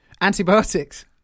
Antibiotics